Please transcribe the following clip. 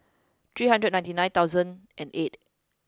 three hundred ninety nine thousand and eight